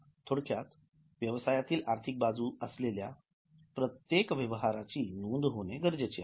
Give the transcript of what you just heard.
थोडक्यात व्यायसायातील आर्थिक बाजू असलेल्या प्रत्येक व्यवहाराची नोंद होणे गरजेचे आहे